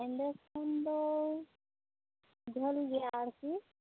ᱮᱱᱰᱮᱠᱷᱚᱱ ᱫᱚ ᱡᱷᱟ ᱞᱜᱮᱭᱟ ᱟᱨᱠᱤ